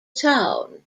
town